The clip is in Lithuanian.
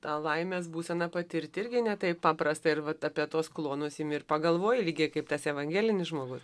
tą laimės būseną patirti irgi ne taip paprasta ir vat apie tuos klonus imi ir pagalvoji lygiai kaip tas evangelinis žmogus